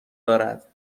دارد